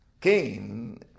Cain